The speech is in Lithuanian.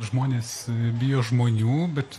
žmonės bijo žmonių bet